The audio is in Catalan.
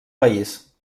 país